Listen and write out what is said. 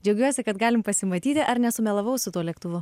džiaugiuosi kad galim pasimatyti ar nesumelavau su tuo lėktuvu